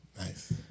Nice